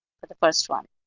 for the first one.